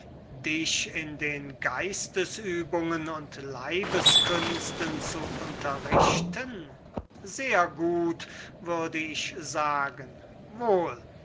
dich in den geistesübungen und leibeskünsten zu unterrichten sehr gut würde ich sagen wohl